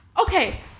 Okay